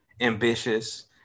ambitious